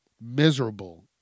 miserable